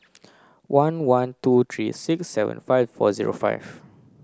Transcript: one one two three six seven five four zero five